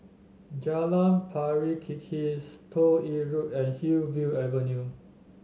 Jalan Pari Kikis Toh Yi Road and Hillview Avenue